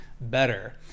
better